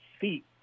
feet